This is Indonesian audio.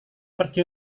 pergi